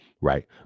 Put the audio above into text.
Right